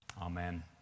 amen